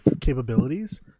capabilities